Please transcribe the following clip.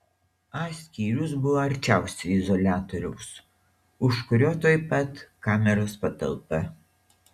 a skyrius buvo arčiausiai izoliatoriaus už kurio tuoj pat kameros patalpa